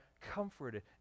comforted